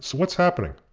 what's happening?